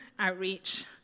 outreach